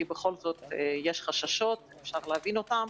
כי בכל זאת יש חששות שאפשר להבין אותם.